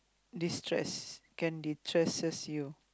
destress can destresses you